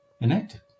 enacted